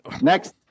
Next